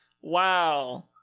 Wow